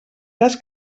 cas